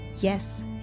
yes